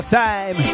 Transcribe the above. time